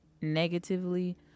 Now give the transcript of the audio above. negatively